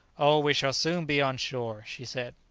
oh, we shall soon be on shore! she said.